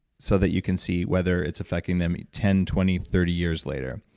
so that you can see whether it's affecting them ten, twenty, thirty years later.